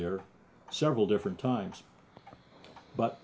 there several different times but